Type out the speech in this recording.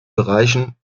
bereichen